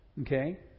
Okay